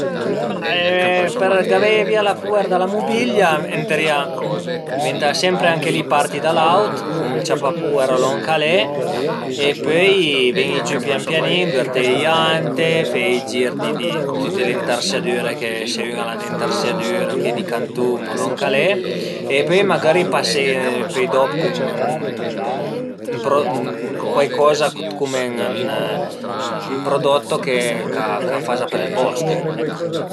Ma për gavé via la puer da la mubilia ëntarìa ëntà anche li sempre parti da l'aut cun ën ciapapuer o lon ch'al e e pöi ven-i giü pian pianin, düverté le ante, fe i gir dë tüte le intarsiadüre che se ün al a d'intarsiadüre o che di cantun o lon ch'al e pöi magari pasé pöi dop cun cuaicoza cume ën prodotto ch'a faza për ël bosch ecco